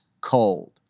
cold